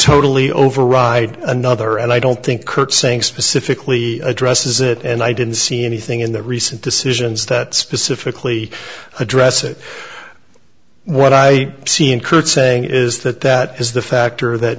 totally override another and i don't think curtseying specifically addresses it and i didn't see anything in the recent decisions that specifically address it what i see in curtseying is that that is the factor that